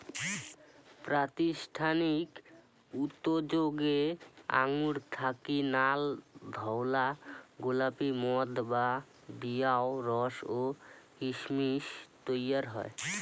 প্রাতিষ্ঠানিক উতোযোগে আঙুর থাকি নাল, ধওলা, গোলাপী মদ বাদ দিয়াও রস ও কিসমিস তৈয়ার হয়